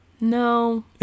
no